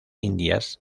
indias